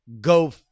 go